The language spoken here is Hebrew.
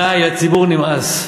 די, לציבור נמאס.